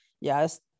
yes